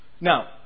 Now